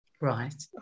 Right